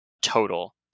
total